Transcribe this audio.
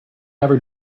ever